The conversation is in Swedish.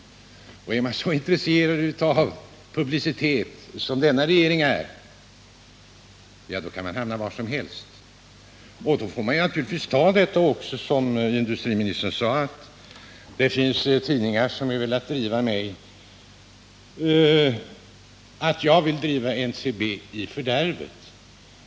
Om man är lika intresserad av publicitet som denna regering är, ja, då kan man hamna var som helst. Då får man som industriminister tåla — som han själv sade — att det finns tidningar som skrivit att han velat driva NCB i fördärvet.